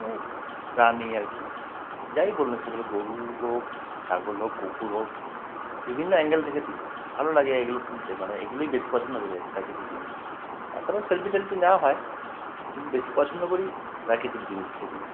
প্রাণী আর কি যাই বলুন সেগুলো গরু হোক ছাগল হোক কুকুর হোক বিভিন্ন অ্যাঙ্গেল থেকে তুলি ভালো লাগে এগুলো তুলতে মানে এগুলোই বেশি পছন্দ করি আর কি প্রাকৃতিক জিনিস তাছাড়াও সেলফি টেলফি না হয় কিন্তু বেশি পছন্দ করি প্রাকৃতিক জিনিস যেগুলো